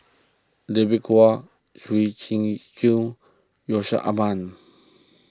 David Kwo Gwee Yusman